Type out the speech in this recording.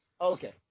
Okay